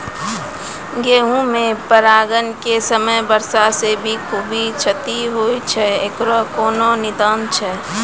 गेहूँ मे परागण के समय वर्षा से खुबे क्षति होय छैय इकरो कोनो निदान छै?